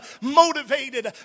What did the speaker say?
motivated